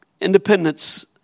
independence